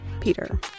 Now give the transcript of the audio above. Peter